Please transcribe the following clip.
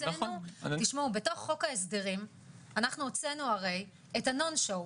הרי בתוך חוק ההסדרים אנחנו הוצאנו את ה'נו שואו',